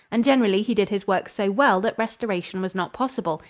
and generally he did his work so well that restoration was not possible,